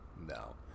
No